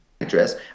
Address